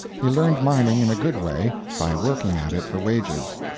he learned mining in a good way by working at it for wages.